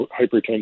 hypertension